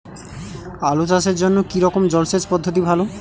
আলু চাষের জন্য কী রকম জলসেচ পদ্ধতি ভালো?